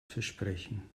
versprechen